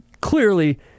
clearly